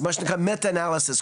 זה מה שנקרא Meta Analysis,